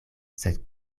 sed